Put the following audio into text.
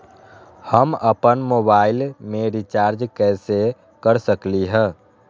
हम अपन मोबाइल में रिचार्ज कैसे कर सकली ह?